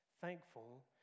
thankful